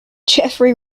jeffery